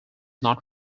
not